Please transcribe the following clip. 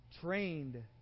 Trained